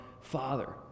Father